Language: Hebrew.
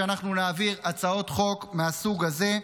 שאנחנו נעביר הצעות חוק מהסוג הזה.